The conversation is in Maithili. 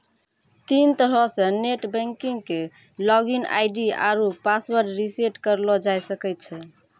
तीन तरहो से नेट बैंकिग के लागिन आई.डी आरु पासवर्ड रिसेट करलो जाय सकै छै